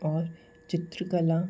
और चित्रकला